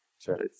sure